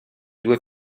due